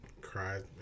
Cried